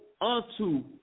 unto